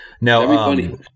no